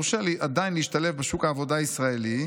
יורשה עדיין להשתלב בשוק העבודה הישראלי,